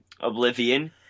Oblivion